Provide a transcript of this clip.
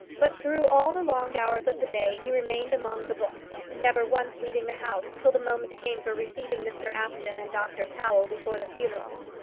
but through all the long hours of the day he remained among the books, never once leaving the house till the moment came for receiving mr apjohn and dr powell before the funeral.